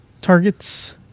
Targets